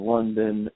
London